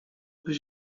byś